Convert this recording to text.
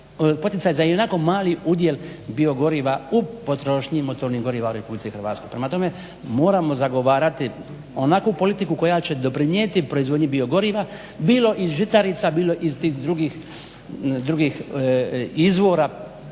poticaj za ionako mali udjel biogoriva u potrošnji motornih goriva u RH. Prema tome, moramo zagovarati onakvu politiku koja će doprinijeti proizvodnji biogoriva bilo iz žitarica, bilo iz tih drugih izvora